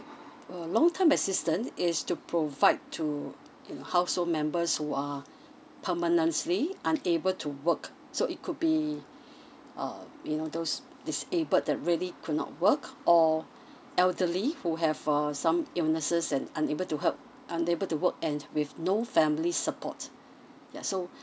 uh long term assistant is to provide to you know household members who are permanently unable to work so it could be uh you know those disabled that really could not work or elderly who have uh some illnesses and unable to help unable to work and with no family support yeah so